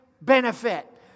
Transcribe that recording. benefit